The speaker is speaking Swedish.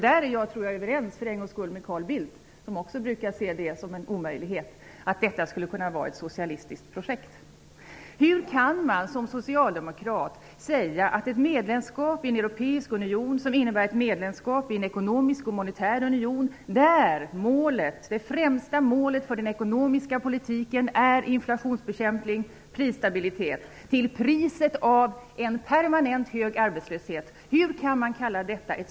Där tror jag att jag för en gångs skull är överens med Carl Bildt som också brukar se det som en omöjlighet att det skulle kunna vara ett socialistiskt projekt. Hur kan man som socialdemokrat säga att ett medlemskap i en europeisk union, som innebär ett medlemskap i en ekonomisk och monetär union, är ett socialistiskt projekt, Ingvar Carlsson? Där är ju det främsta målet för den ekonomiska politiken inflationsbekämpning och prisstabilitet till priset av en permanent hög arbetslöshet.